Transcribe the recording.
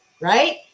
right